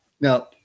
Now